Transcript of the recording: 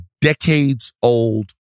decades-old